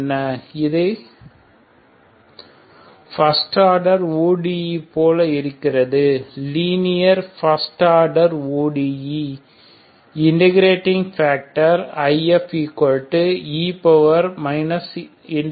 என்ன இதை first order ODE போல இருக்கிறது linear first order ODE integrating factor I